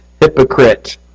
hypocrite